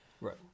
Right